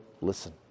listen